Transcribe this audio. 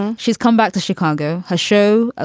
she's come back to chicago. her show, ah